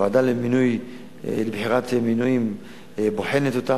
הוועדה לבחינת מינויים בוחנת אותם,